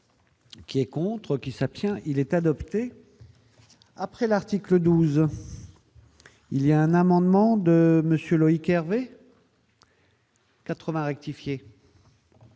Qui est contre qui s'abstient, il est adopté, après l'article 12 il y a un amendement de monsieur Loïc Hervé. 80 rectifier.